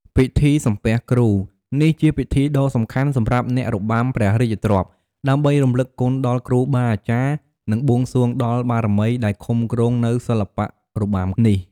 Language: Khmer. ពិធីសំពះគ្រូ នេះជាពិធីដ៏សំខាន់សម្រាប់អ្នករបាំព្រះរាជទ្រព្យ ដើម្បីរំលឹកគុណដល់គ្រូបាអាចារ្យ និងបួងសួងដល់បារមីដែលឃុំគ្រងនូវសិល្បៈរបាំនេះ។